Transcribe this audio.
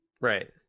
Right